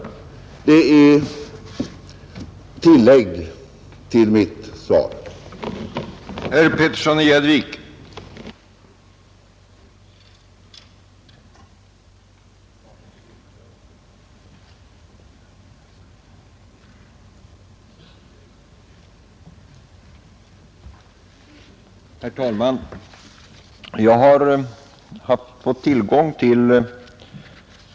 Detta är mitt tillägg till svaret.